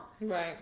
Right